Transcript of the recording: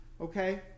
okay